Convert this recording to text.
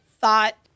thought